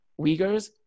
Uyghurs